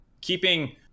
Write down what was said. keeping